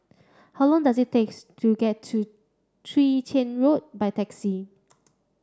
how long does it takes to get to Chwee Chian Road by taxi